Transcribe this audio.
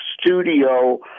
studio